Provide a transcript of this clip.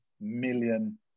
million